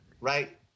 right